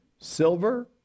Silver